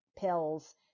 pills